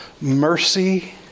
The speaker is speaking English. mercy